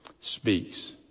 speaks